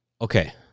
okay